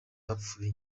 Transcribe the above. bapfuye